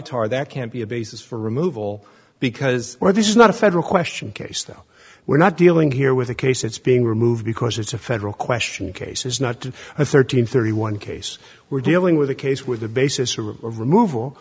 tar that can't be a basis for removal because this is not a federal question case though we're not dealing here with a case it's being removed because it's a federal question cases not a thirteen thirty one case we're dealing with a case where the basis of removal